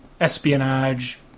espionage